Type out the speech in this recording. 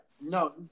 No